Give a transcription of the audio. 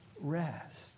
rest